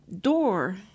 door